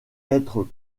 être